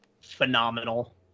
phenomenal